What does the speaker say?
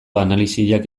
analisiak